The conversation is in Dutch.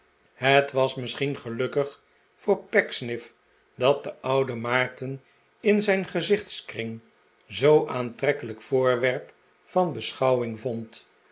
het was misschien gelukkig voor pecksniff dat de oude maarten in zijn gezichtskring zoo'n aantrekkelijk voorwerp van beschouwing vond